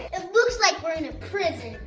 it looks like we're in a prison.